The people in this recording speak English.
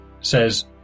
says